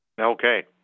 Okay